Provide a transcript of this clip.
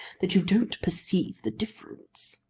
that you don't perceive the difference.